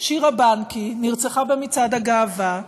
שירה בנקי נרצחה במצעד הגאווה,